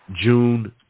June